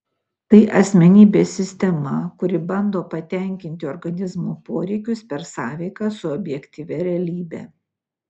tai asmenybės sistema kuri bando patenkinti organizmo poreikius per sąveiką su objektyvia realybe